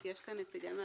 יש כאן נציגי מעסיקים?